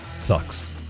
sucks